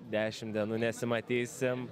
dešim dienų nesimatysim